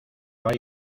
hay